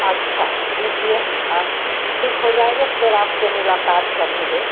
अच्छा दीजिए हम खा ठीक हो जाएँगे फिर आप से मुलाक़ात करेंगे